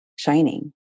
shining